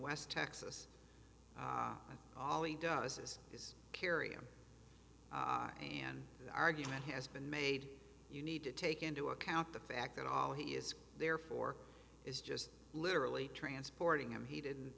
west texas and all he does is his carrier an argument has been made you need to take into account the fact that all he is there for is just literally transporting him he didn't